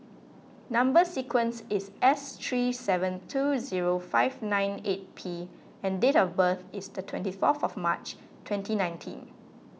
Number Sequence is S three seven two zero five nine eight P and date of birth is the twenty fourth March twenty nineteen